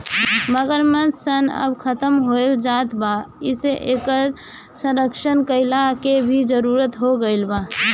मगरमच्छ सन अब खतम होएल जात बा एसे इकर संरक्षण कईला के भी जरुरत हो गईल बा